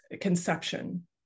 conception